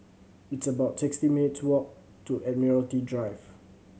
it's about sixty minutes' walk to Admiralty Drive